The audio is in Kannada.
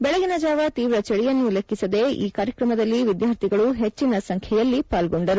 ಬೆಳಗಿನ ಜಾವ ತೀವ್ರ ಚಳಿಯನ್ನೂ ಲೆಕ್ಕಿಸದೇ ಈ ಕಾರ್ಯಕ್ರಮದಲ್ಲಿ ವಿದ್ಯಾರ್ಥಿಗಳು ಹೆಚ್ಚಿನ ಸಂಖ್ಯೆಯಲ್ಲಿ ಪಾಲ್ಗೊಂಡರು